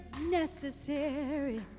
Necessary